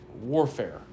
warfare